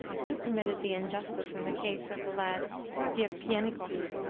you committed the injustice in the case of the lad dierpiennikov.